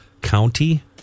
County